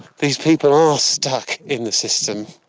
these people are stuck in the system.